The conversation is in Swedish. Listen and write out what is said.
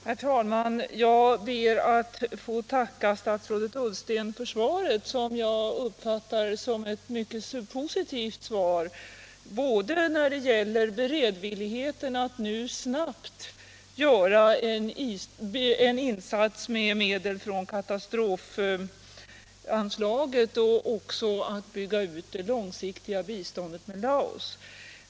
Herr talman! Jag ber att få tacka statsrådet Ullsten för svaret, som jag uppfattar som mycket positivt, både när det gäller beredvilligheten att nu snabbt göra en insats med medel från katastrofanslaget och när det gäller att bygga ut det långsiktiga biståndet till Laos.